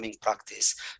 practice